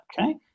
Okay